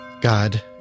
God